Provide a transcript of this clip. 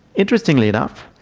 interestingly enough,